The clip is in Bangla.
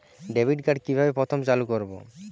ডেবিটকার্ড কিভাবে প্রথমে চালু করব?